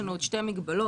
משתנה.